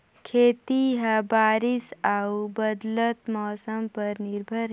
खेती ह बारिश अऊ बदलत मौसम पर निर्भर हे